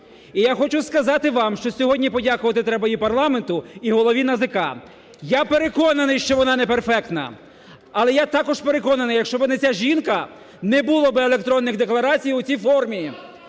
І я хочу сказати вам, що сьогодні подякувати треба і парламенту, і голові НАЗК, я переконаний, що вона не перфектна. Але я також переконаний, якщо би не ця жінка, не було би електронних декларацій у цій формі.